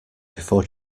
before